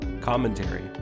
commentary